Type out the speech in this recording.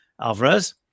Alvarez